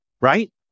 right